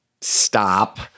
stop